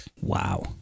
Wow